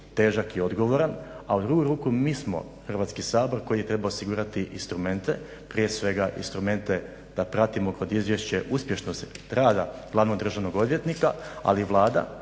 težak i odgovoran, a u drugu ruku mi smo, Hrvatski sabor koji je trebao osigurati instrumente, prije svega instrumente da pratimo kroz izvješće uspješnost rada glavnog državnog odvjetnika, ali Vlada